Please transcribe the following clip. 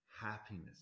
happiness